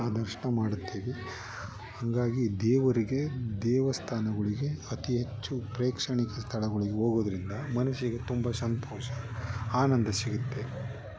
ಆ ದರ್ಶನ ಮಾಡುತ್ತೇವೆ ಹಾಗಾಗಿ ದೇವರಿಗೆ ದೇವಸ್ಥಾನಗಳಿಗೆ ಅತಿ ಹೆಚ್ಚು ಪ್ರೇಕ್ಷಣಿಕ ಸ್ಥಳಗಳಿಗೆ ಹೋಗೋದರಿಂದ ಮನಸ್ಸಿಗೆ ತುಂಬ ಸಂತೋಷ ಆನಂದ ಸಿಗುತ್ತೆ